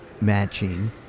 matching